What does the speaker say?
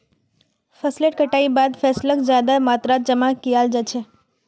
फसलेर कटाईर बादे फैसलक ज्यादा मात्रात जमा कियाल जा छे